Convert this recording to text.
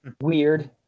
weird